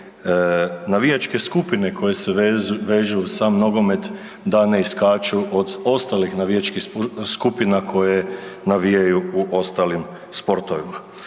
navijačke skupine koje se vežu uz sam nogomet da ne iskaču od ostalih navijačkih skupina koje navijaju u ostalim sportovima.